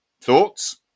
Thoughts